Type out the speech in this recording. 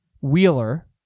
Wheeler